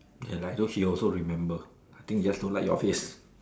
ya lah as though she also remember I think just don't like your face